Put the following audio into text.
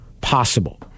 possible